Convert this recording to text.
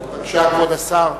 בבקשה, כבוד השר.